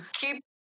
keep